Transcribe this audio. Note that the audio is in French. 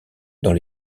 dans